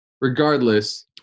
regardless